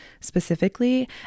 specifically